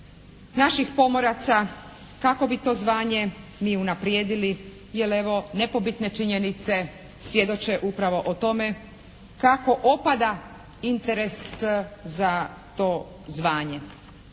naših pomoraca kako bi to zvanje mi unaprijedili jer evo nepobitne činjenice svjedoče upravo o tome kako opada interes za to zvanje.